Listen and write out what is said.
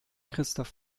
christoph